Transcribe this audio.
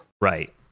Right